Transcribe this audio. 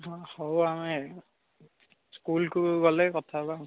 ହଁ ହଉ ଆମେ ସ୍କୁଲକୁ ଗଲେ କଥା ହବା ଆଉ